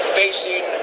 facing